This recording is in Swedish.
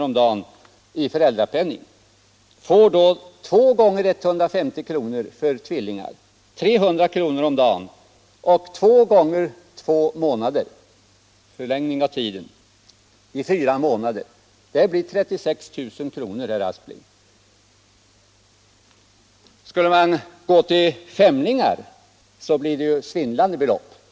om dagen i sjukpenning får två gånger 150 kr., dvs. 300 kr., om dagen i två gånger två månader, alltså en förlängning av tiden till fyra månader. Det blir 36 000 kr., herr Aspling. Vid födsel av femlingar skulle det bli svindlande belopp.